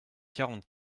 quarante